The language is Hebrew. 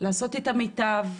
לעשות את המיטב,